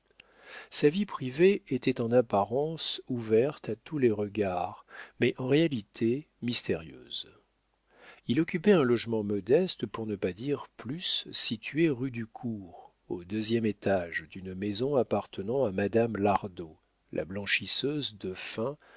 sa vie privée était en apparence ouverte à tous les regards mais en réalité mystérieuse il occupait un logement modeste pour ne pas dire plus situé rue du cours au deuxième étage d'une maison appartenant à madame lardot la blanchisseuse de fin